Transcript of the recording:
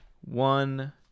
one